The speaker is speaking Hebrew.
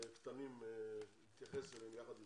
קטנים ונתייחס אליהם יחד אתכם.